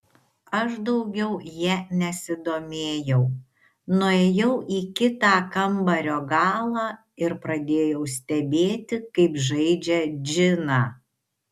aš daugiau ja nesidomėjau nuėjau į kitą kambario galą ir pradėjau stebėti kaip žaidžia džiną